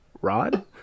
Rod